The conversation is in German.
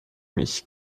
mich